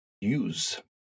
use